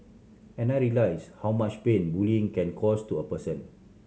and I realised how much pain bullying can cause to a person